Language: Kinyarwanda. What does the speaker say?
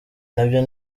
nabyo